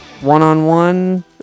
one-on-one